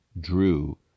drew